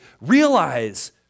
Realize